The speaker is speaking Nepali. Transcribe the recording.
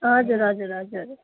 हजुर हजुर हजुर